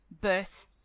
birth